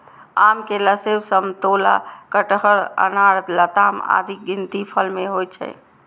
आम, केला, सेब, समतोला, कटहर, अनार, लताम आदिक गिनती फल मे होइ छै